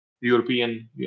European